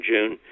June